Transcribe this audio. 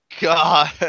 god